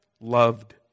loved